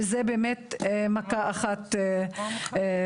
וזו באמת מכה רצינית.